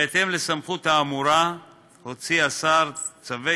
בהתאם לסמכות האמורה הוציא השר צווי